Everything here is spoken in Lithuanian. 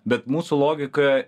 bet mūsų logika